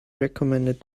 recommended